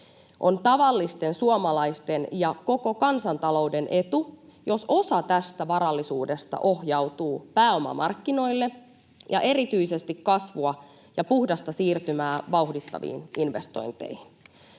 On tavallisten suomalaisten ja koko kansantalouden etu, jos osa tästä varallisuudesta ohjautuu pääomamarkkinoille ja erityisesti kasvua ja puhdasta siirtymää vauhdittaviin investointeihin.